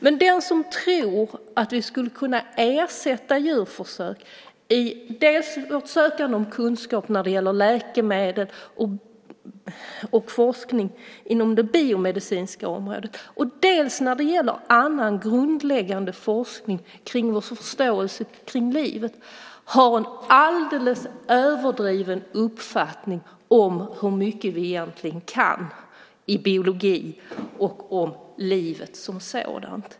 Det finns de som tror att vi skulle kunna ersätta djurförsök i vårt sökande om kunskap när det gäller läkemedel och forskning inom det biomedicinska området. Det gäller också annan grundläggande forskning om vår förståelse av livet. De har en alldeles överdriven uppfattning om hur mycket vi egentligen kan i biologi och om livet som sådant.